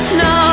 no